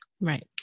Right